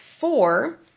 four